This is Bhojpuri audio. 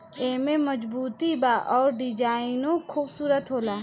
एमे मजबूती बा अउर डिजाइनो खुबसूरत होला